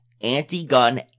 anti-gun